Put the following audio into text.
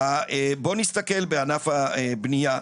בוא נסתכל בענף הבנייה,